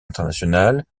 internationale